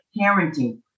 parenting